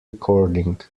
recording